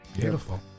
Beautiful